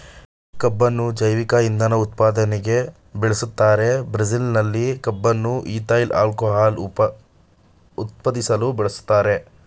ಕಬ್ಬುನ್ನು ಜೈವಿಕ ಇಂಧನ ಉತ್ಪಾದನೆಗೆ ಬೆಳೆಸ್ತಾರೆ ಬ್ರೆಜಿಲ್ನಲ್ಲಿ ಕಬ್ಬನ್ನು ಈಥೈಲ್ ಆಲ್ಕೋಹಾಲ್ ಉತ್ಪಾದಿಸಲು ಬಳಸ್ತಾರೆ